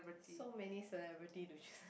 so many celebrity to choose